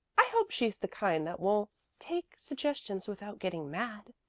i hope she's the kind that will take suggestions without getting mad.